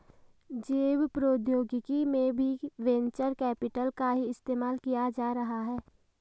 जैव प्रौद्योगिकी में भी वेंचर कैपिटल का ही इस्तेमाल किया जा रहा है